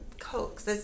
Cokes